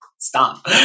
stop